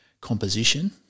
composition